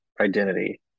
identity